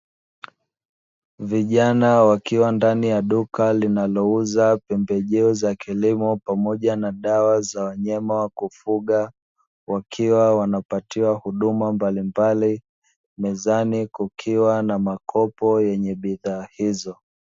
Vijana wakiwa ndani ya duka linalouza pembejeo za kilimo pamoja na dawa za wanyama wa kufugwa, wakiwa wanapatiwa huduma mbalimbali. Mezani kukiwa na makopo yenye bidhaa hizo.